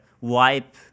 wipe